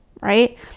right